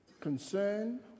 Concern